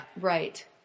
Right